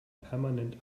permanent